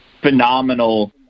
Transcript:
phenomenal